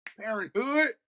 Parenthood